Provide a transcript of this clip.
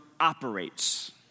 operates